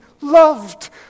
loved